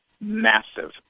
massive